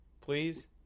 Please